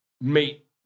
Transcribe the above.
meet